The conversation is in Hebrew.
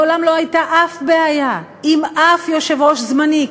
מעולם לא הייתה אף בעיה עם אף יושב-ראש זמני.